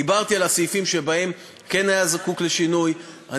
דיברתי על הסעיפים שכן היה זקוק שינוי בהם.